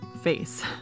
Face